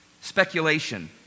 Speculation